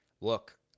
look